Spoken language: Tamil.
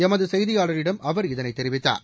எமது செய்தியாளரிடம் அவர் இதனை தெரிவித்தார்